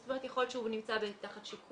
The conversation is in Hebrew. זאת אומרת, יכול להיות שהוא נמצא תחת שיקום,